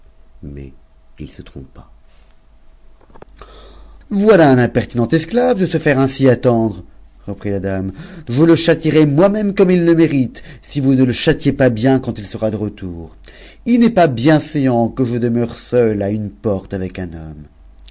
mais it se trompa yoilà un impertinent esclave de se faire ainsi attendre reprit la hmc jc le châtierai moi-même comme il le mérite si vous ne le châtiez tas i'n quand il sera de retour if n'est pas bienséant que je demeure sente une porte avec un homme